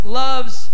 loves